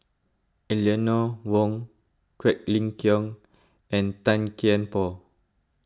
Eleanor Wong Quek Ling Kiong and Tan Kian Por